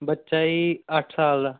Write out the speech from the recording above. ਬੱਚਾ ਜੀ ਅੱਠ ਸਾਲ ਦਾ